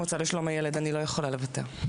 המועצה לשלום הילד, אני לא יכולה לוותר.